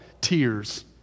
tears